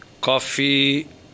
coffee